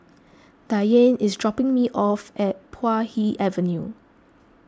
Diane is dropping me off at Puay Hee Avenue